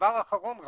דבר נוסף,